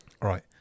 right